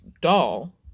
doll